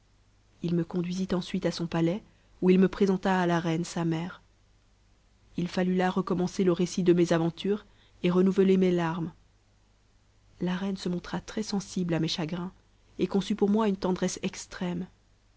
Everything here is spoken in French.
il me conduisit ensuite à son palais où il me présenta à la reine sa mère i fallut là recommencer le récit de mes aventures et renouveler mes larmes la reine se montra très-sensible à mes chagrins et conçut pour moi une tendresse extrême